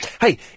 Hey